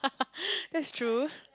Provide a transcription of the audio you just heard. that's true